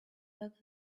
back